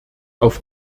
auf